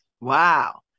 Wow